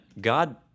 God